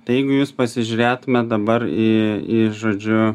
tai jeigu jūs pasižiūrėtumėt dabar į į žodžiu